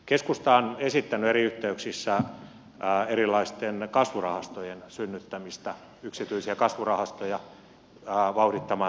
keskusta on esittänyt eri yhteyksissä erilaisten kasvurahastojen synnyttämistä yksityisiä kasvurahastoja vauhdittamaan talouskasvua